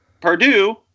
Purdue